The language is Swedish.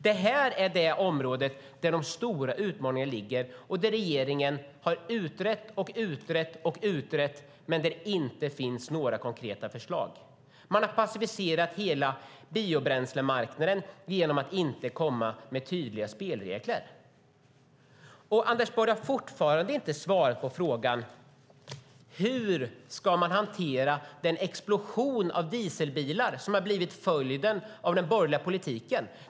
Detta är det område där de stora utmaningarna ligger och där regeringen har utrett och utrett men där det inte finns några konkreta förslag. Man har passiviserat hela biobränslemarknaden genom att inte komma med tydliga spelregler. Anders Borg har fortfarande inte svarat på frågan hur man ska hantera den explosion av dieselbilar som har blivit följden av den borgerliga politiken.